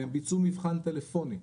והם ביצעו מבחן טלפוני.